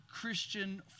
Christian